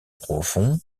profond